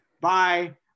bye